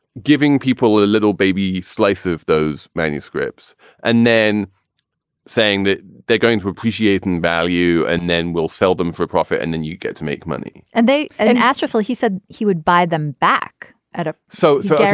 giving people a little baby slice of those manuscripts and then saying that they're going to appreciate in value and then we'll sell them for a profit. and then you get to make money and they add an extra he said he would buy them back at a. so, so,